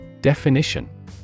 Definition